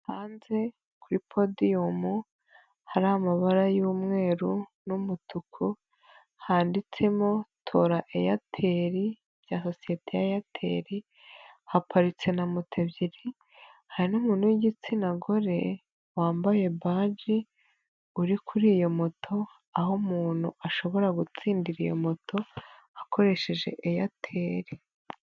Hanze kuri podiyumu hari amabara y'umweru n'umutuku handitsemo tora Aitel bya sosiyete ya Airtel haparitse na moto ebyiri hari n'umuntu w'igitsina gore wambaye baji uri kuri iyo moto aho umuntu ashobora gutsindira iyo moto akoresheje Airtel.